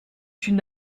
une